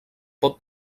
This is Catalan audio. pot